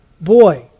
boy